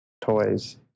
toys